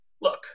look